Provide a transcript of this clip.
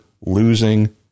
losing